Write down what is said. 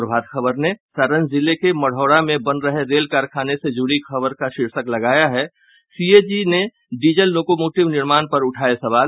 प्रभात खबर ने सारण जिले के मढ़ौरा में बन रहे रेल कारखाने से जुड़ी खबर का शीर्षक लगाया है सीएजी ने डीजल लोकोमोटिव निर्माण पर उठाये सवाल